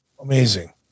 Amazing